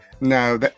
no